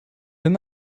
wenn